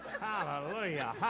hallelujah